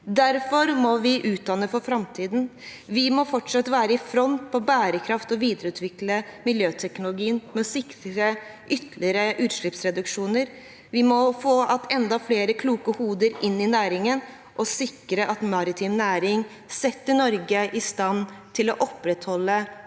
Derfor må vi utdanne for framtiden. Vi må fortsatt være i front på bærekraft og videreutvikling av miljøteknologien med sikte på ytterligere utslippsreduksjoner. Vi må få enda flere kloke hoder inn i næringen og sikre at maritim næring setter Norge i stand til å opprettholde